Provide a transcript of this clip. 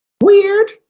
Weird